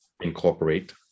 incorporate